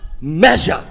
measure